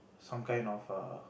some kind of err